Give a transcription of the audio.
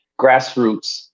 grassroots